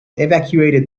evacuated